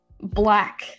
black